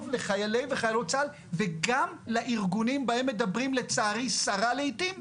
לחיילי וחיילות צה"ל וגם לארגונים בהם מדברים לצערי סרה לעתים,